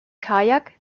kajak